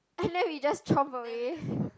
and then we just chomp away